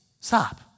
Stop